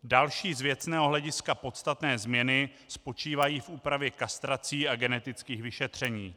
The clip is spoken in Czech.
Další z věcného hlediska podstatné změny spočívají v úpravě kastrací a genetických vyšetření.